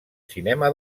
cinema